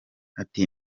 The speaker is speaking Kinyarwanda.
ati